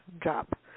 Drop